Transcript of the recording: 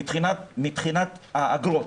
מבחינת האגרות.